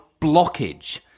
blockage